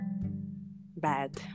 bad